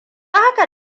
haka